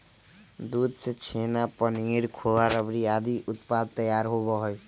दूध से छेना, पनीर, खोआ, रबड़ी आदि उत्पाद तैयार होबा हई